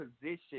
position